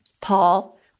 Paul